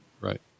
Right